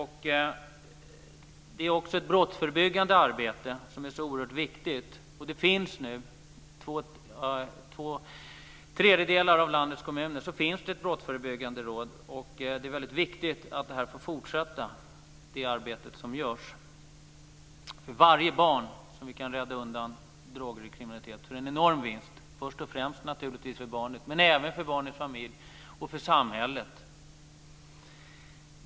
Det är också ett brottsförebyggande arbete som är så oerhört viktigt. Och i två tredjedelar av landets kommuner finns det nu ett brottsförebyggande råd. Det är väldigt viktigt att det arbete som görs får fortsätta. Varje barn som vi kan rädda undan droger och kriminalitet är en enorm vinst, först och främst naturligtvis för barnet men även för barnets familj och för samhället.